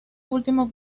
último